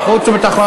חוץ וביטחון.